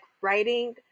writing